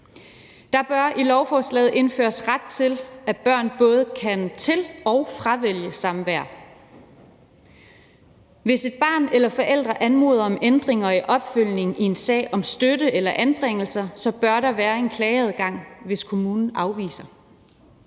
Der bør i lovforslaget indføres ret til, at børn både kan til- og fravælge samvær. Hvis et barn eller en forælder anmoder om ændringer i opfølgningen i en sag om støtte eller anbringelser, bør der være en klageadgang, hvis kommunen afviser.